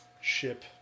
ship